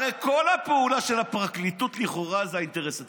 הרי כל הפעולה של הפרקליטות לכאורה זה האינטרס הציבורי.